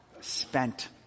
Spent